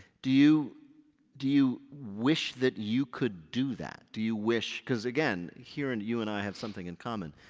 do you do you wish that you could do that? do you wish. cause again, here and you and i have something in common.